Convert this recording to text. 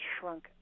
shrunk